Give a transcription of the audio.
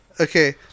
Okay